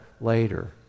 later